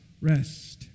rest